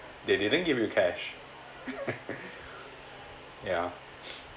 they didn't give you cash yeah